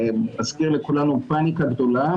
אני אזכיר לכולנו, פאניקה גדולה.